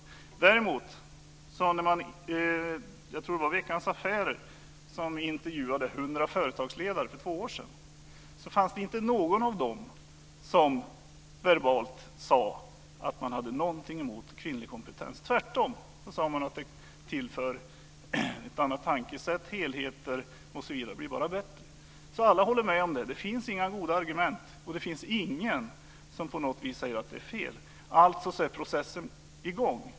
När däremot Veckans Affärer, tror jag det var, för två år sedan intervjuade 100 företagsledare var det inte någon av dem som verbalt sade sig ha någonting emot kvinnlig kompetens. Tvärtom sade man att den tillför ett annat tänkesätt, helheter osv. Det blir bara bättre. Alla håller alltså med om det. Det finns inga goda argument emot, och det finns ingen som på något vis säger att det är fel. Alltså är processen i gång.